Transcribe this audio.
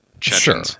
Sure